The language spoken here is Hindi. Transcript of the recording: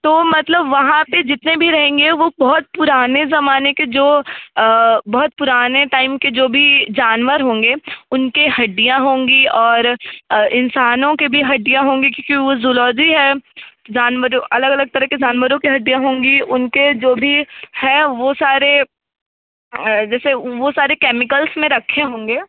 तो मतलब वहाँ पर जितने भी रहेंगे वह बहुत पुराने ज़माने के जो बहुत पुराने टाइम के जो भी जानवर होंगे उनके हड्डियां होंगी और इंसानों के भी हड्डियां होंगी क्योंकि वो ज़ूलॉजी है जानवरों अलग अलग तरह के जानवरों की हड्डियां होंगी उनके जो भी है वह सारे जैसे वह सारे केमिकल्स में रखे होंगे